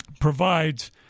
provides